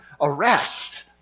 Arrest